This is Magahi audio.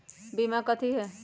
बीमा कथी है?